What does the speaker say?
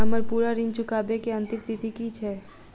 हम्मर पूरा ऋण चुकाबै केँ अंतिम तिथि की छै?